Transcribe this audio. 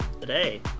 today